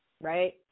Right